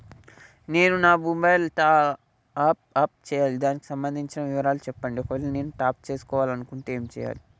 నేను నా mobile top up చేయాలి దానికి సంబంధించిన వివరాలు చెప్పండి ఒకవేళ నేను టాప్ చేసుకోవాలనుకుంటే ఏం చేయాలి?